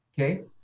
okay